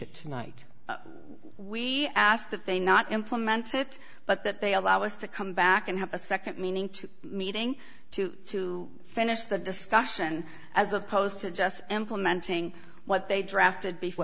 it tonight we asked that they not implemented but that they allow us to come back and have a nd meaning to meeting two to finish the discussion as opposed to just implementing what they drafted before